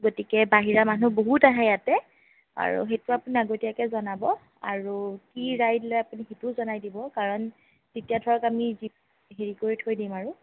গতিকে বাহিৰা মানুহ বহুত আহে ইয়াতে আৰু সেইটো আপুনি আগতীয়াকৈ জনাব আৰু কি ৰাইড লয় আপুনি সেইটোও জনাই দিব কাৰণ তেতিয়া ধৰক আমি যি হেৰি কৰি থৈ দিম আৰু